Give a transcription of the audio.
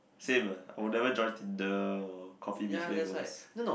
same ah I would never join Tinder or Coffee Meets Bagels